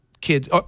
kids